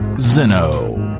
Zeno